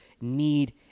need